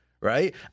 right